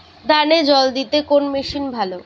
ধানে জল দিতে কোন মেশিন ভালো?